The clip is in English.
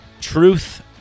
truth